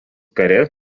kare